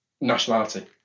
nationality